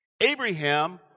Abraham